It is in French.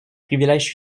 privilèges